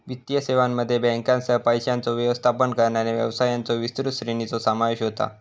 वित्तीय सेवांमध्ये बँकांसह, पैशांचो व्यवस्थापन करणाऱ्या व्यवसायांच्यो विस्तृत श्रेणीचो समावेश होता